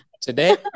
today